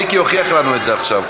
מיקי הוכיח לנו את זה עכשיו.